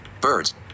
Birds